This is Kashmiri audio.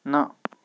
نہَ